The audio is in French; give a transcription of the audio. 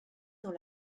dans